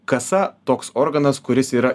kasa toks organas kuris yra